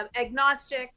agnostic